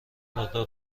مقدار